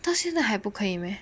到现在还不可以 meh